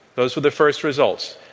those were the first results.